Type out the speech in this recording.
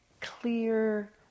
clear